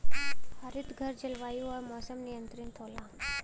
हरितघर जलवायु आउर मौसम नियंत्रित होला